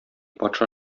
патша